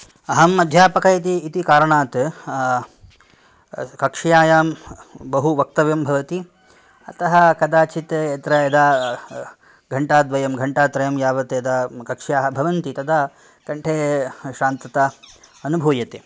अहम् अध्यापकः इति इति कारणात् कक्षायां बहु वक्तव्यं भवति अतः कदाचित् यत्र यदा घन्टाद्वयं घन्टात्रयं यावत् यदा कक्षाः भवन्ति तदा कण्ठे श्रान्तता अनुभूयते